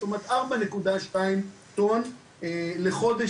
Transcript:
זאת אומרת 4.2 טון לחודש.